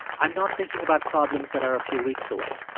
i'm not thinking about problems that are a few weeks away,